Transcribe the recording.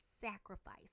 sacrifice